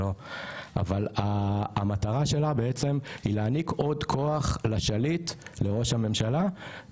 אבל המטרה שלה בעצם היא להעניק עוד כוח לשליט לראש הממשלה,